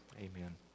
Amen